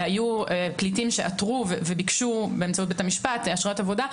היו פליטים שעתרו וביקשו באמצעות בית המשפט אשרת עבודה.